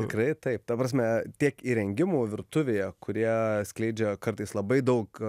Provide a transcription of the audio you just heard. tikrai taip ta prasme tiek įrengimų virtuvėje kurie skleidžia kartais labai daug